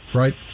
right